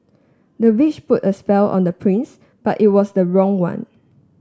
the witch put a spell on the prince but it was the wrong one